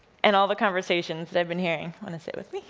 and all the conversations that i've been hearing. wanna sit with